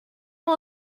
all